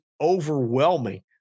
overwhelming